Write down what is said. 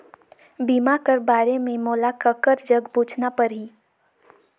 बीमा कर बारे मे मोला ककर जग पूछना परही?